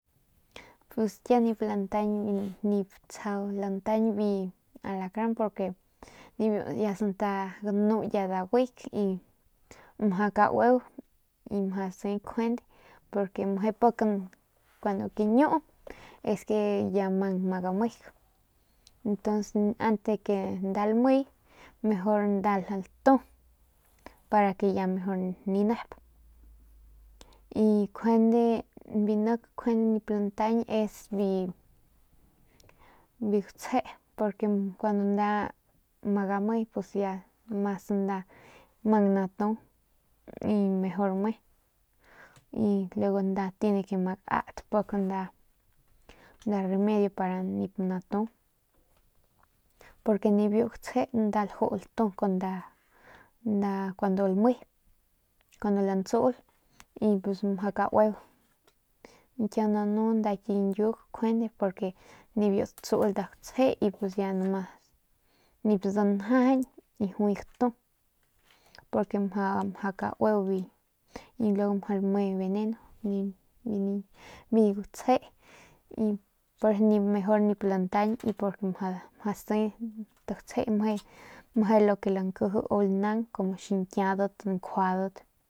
Pus kiau nip tsjau lantaiñ biu alacran porque ya santa ganu ya daguik majau kaueu y mjau siy nkjande pero mje pak kuaju kiñuu y es que mag ma gamik ntos antes de magamik mejor nda latu para ke ya mejor ninep y kjuende biu nak nip lantaiñ es biu gatsje porque cuando nda ama magame pus ya mas nda mang natu y pus mejor me y luego nda tiene ke ama gaat nda la remedio pa ni natu porque ni biu ki gtsje nda ljuu ltu cuando lme cuando lantsuul y pus mjau kaueu kiau nanu kjuende nda ki nyiuk kjuende porque nibiu datsul nda gutsje y pus ya nomas nip danjajañ y juay gatu njau kaueu biu y luego mjau lame veneno y ni biu gutsje y poreso mejor nip lantañ y pus mjau siy ti gutsje mje lo que lankiji u lanau ru xiñkiudat njuadat.